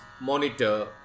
monitor